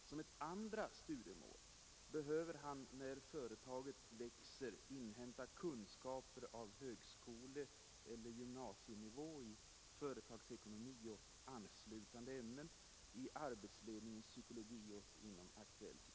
Som ett andra studiemål behöver han när företaget växer inhämta kunskaper på högskoleeller gymnasienivå i företagsekonomi och anslutande ämnen, i arbetsledningens psykologi och i aktuell teknik.